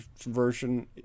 version